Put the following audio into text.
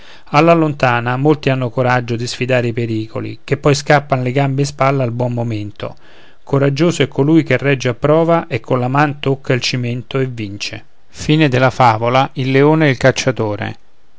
lontana molti hanno coraggio di sfidare i pericoli che poi scappan le gambe in spalla al buon momento coraggioso è colui che regge a prova e colla man tocca il cimento e vince l